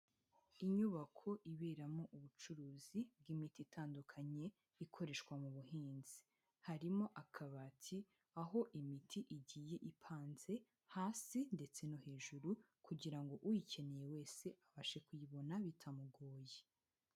Inyubako iberamo ubucuruzi bw'imiti itandukanye ikoreshwa mu buhinzi, harimo akabati aho imiti igiye ipanze hasi ndetse no hejuru kugira ngo uyikeneye wese abashe kuyibona bitamugoye.